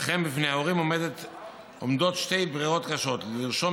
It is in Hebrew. לכן בפני ההורים עומדות שתי ברירות קשות: לרשום